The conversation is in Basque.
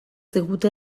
digute